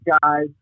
guys